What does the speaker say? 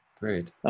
Great